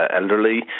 elderly